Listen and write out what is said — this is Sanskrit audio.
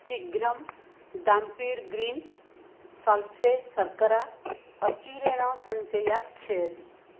शीघ्रं दाम्पीर् ग्रीन् सल्फ्रेस् सर्करा अचिरेण सञ्चयात् क्षयति